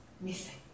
missing